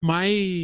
Mas